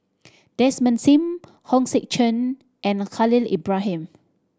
Desmond Sim Hong Sek Chern and Khalil Ibrahim